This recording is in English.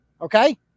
Okay